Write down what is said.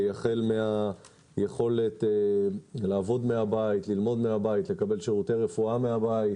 החל מהיכולת לעבוד מהבית, ללמוד מהבית,